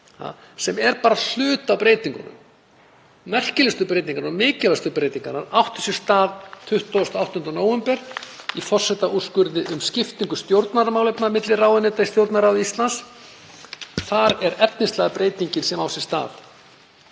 sem er bara hluti af breytingunum. Merkilegustu breytingarnar og mikilvægustu breytingarnar áttu sér stað 28. nóvember í forsetaúrskurði um skiptingu stjórnarmálefna milli ráðuneyta í Stjórnarráði Íslands. Þar er efnislega breytingin sem á sér stað.